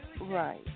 Right